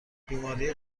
بیماری